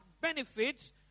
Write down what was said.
benefits